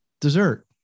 Dessert